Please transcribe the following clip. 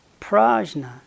prajna